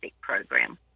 program